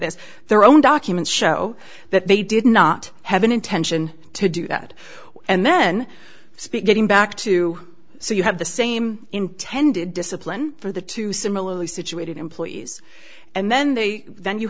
this their own documents show that they did not have an intention to do that and then speak getting back to so you have the same intended discipline for the two similarly situated employees and then they then you